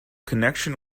connection